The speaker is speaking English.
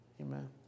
Amen